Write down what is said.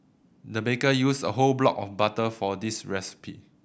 the baker used a whole block of butter for this recipe